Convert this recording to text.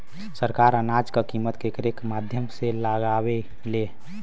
सरकार अनाज क कीमत केकरे माध्यम से लगावे ले?